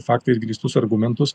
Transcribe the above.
faktais grįstus argumentus